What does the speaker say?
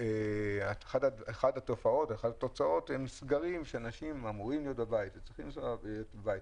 תקופה של סגרים שאנשים צריכים להישאר בבית,